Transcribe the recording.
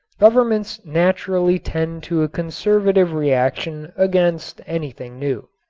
governments naturally tend to a conservative reaction against anything new.